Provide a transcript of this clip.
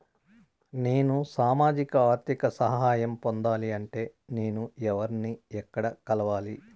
నేను సామాజిక ఆర్థిక సహాయం పొందాలి అంటే నేను ఎవర్ని ఎక్కడ కలవాలి?